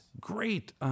great